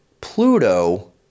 Pluto